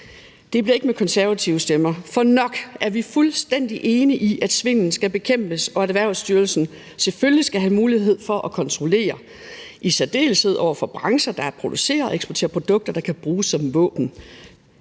Det bliver ikke med konservative stemmer, for nok er vi fuldstændig enige i, at svindelen skal bekæmpes, og at Erhvervsstyrelsen selvfølgelig skal have mulighed for at kontrollere, i særdeleshed over for brancher, der producerer og eksporterer produkter, der kan bruges som våben,